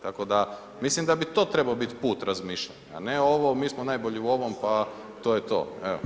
Tako da mislim da bi to trebao biti put razmišljanja, a ne ovo mi smo najbolji u ovom pa to je to.